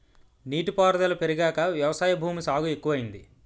నీటి పారుదుల పెరిగాక వ్యవసాయ భూమి సాగు ఎక్కువయింది